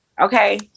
okay